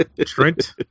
Trent